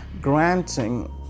granting